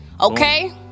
Okay